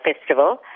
festival